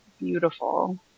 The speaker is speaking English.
beautiful